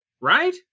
right